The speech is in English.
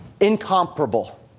incomparable